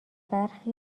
برخی